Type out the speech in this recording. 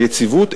את היציבות,